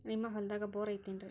ನಿಮ್ಮ ಹೊಲ್ದಾಗ ಬೋರ್ ಐತೇನ್ರಿ?